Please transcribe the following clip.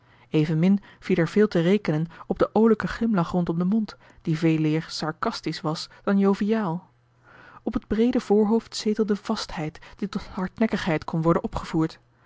evenmin viel er veel te rekenen op den oolijken glimlach rondom den mond die veeleer sarcastisch was dan joviaal op het breede voorhoofd zetelde vastheid die tot hardnekkigheid kon worden opgevoerd